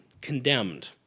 Condemned